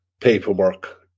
paperwork